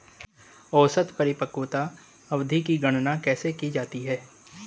औसत परिपक्वता अवधि की गणना कैसे की जाती है?